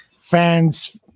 fans